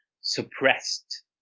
suppressed